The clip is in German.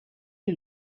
die